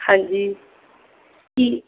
ਹਾਂਜੀ ਠੀਕ